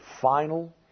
final